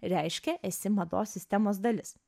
reiškia esi mados sistemos dalis